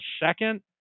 second